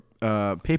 Paper